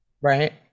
right